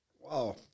wow